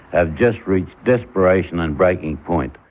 have just reached desperation and breaking point.